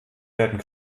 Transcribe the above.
werden